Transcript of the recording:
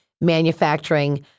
manufacturing